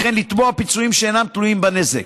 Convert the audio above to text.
וכן לתבוע פיצויים שאינם תלויים בנזק.